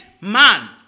man